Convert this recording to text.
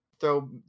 throw